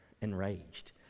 enraged